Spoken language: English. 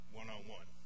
one-on-one